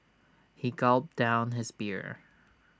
he gulped down his beer